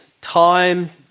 time